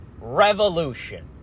revolution